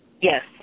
Yes